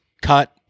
cut